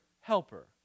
helper